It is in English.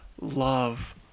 love